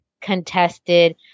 contested